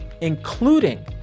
including